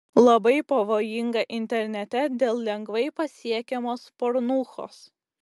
labai pavojinga internete dėl lengvai pasiekiamos pornūchos